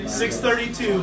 632